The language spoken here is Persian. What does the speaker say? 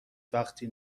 وقتی